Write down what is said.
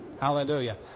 Hallelujah